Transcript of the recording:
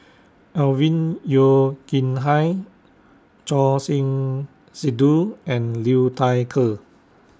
Alvin Yeo Khirn Hai Choor Singh Sidhu and Liu Thai Ker